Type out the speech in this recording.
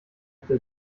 hätte